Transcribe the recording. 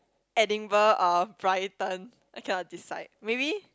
Edinburgh or Brighton I cannot decide maybe